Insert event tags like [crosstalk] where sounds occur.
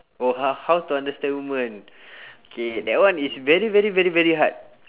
oh h~ how to understand women [breath] K that one is very very very very hard